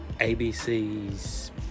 ABC's